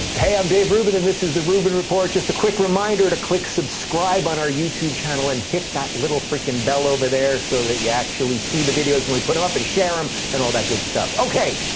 hey, i'm dave rubin, and this is the rubin report. just a quick reminder to click subscribe on our youtube channel and hit that little freakin' bell over there so that you actually see the videos when we put em up, and share em, and all that good stuff. okay,